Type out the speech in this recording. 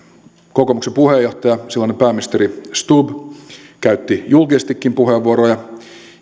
kokoomuksen puheenjohtaja silloinen pääministeri stubb käytti julkisestikin puheenvuoroja